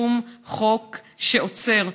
שום חוק שעוצר.